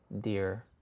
dear